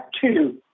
two